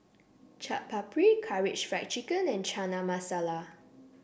Chaat Papri Karaage Fried Chicken and Chana Masala